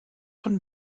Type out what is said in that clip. von